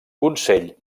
consell